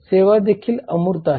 सेवा देखील अमूर्त आहेत